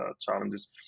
challenges